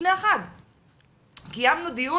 קיימנו דיון,